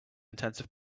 intensive